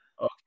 Okay